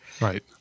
Right